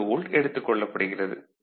2 volt எடுத்துக் கொள்ளப்படுகிறது